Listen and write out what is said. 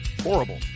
Horrible